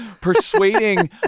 persuading